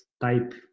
type